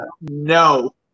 no